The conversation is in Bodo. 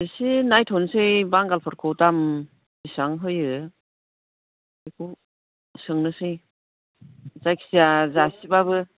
एसे नायथनसै बांगालफोरखौ दाम बेसां होयो सोंनोसै जायखिजाया जासिब्लाबो